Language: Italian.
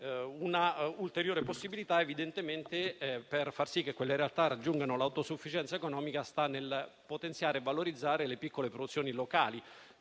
Un'ulteriore possibilità per fare in modo che quelle realtà raggiungano l'autosufficienza economica sta evidentemente nel potenziare e valorizzare le piccole produzioni locali,